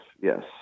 yes